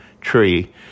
tree